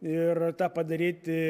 ir tą padaryti